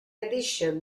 addition